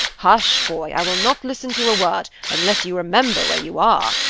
hush, boy, i will not listen to a word, unless you remember where you are,